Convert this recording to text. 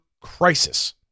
crisis